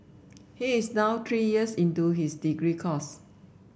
he is now three years into his degree course